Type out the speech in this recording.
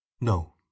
No